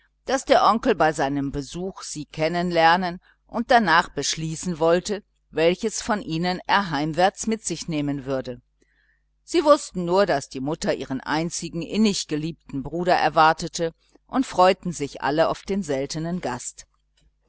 daß der onkel bei seinem besuch sie kennen lernen und darnach beschließen wolle welches von ihnen er heimwärts mit sich nehmen würde sie wußten nur daß die mutter ihren einzigen innig geliebten bruder erwartete und freuten sich alle auf den seltenen gast